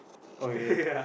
okay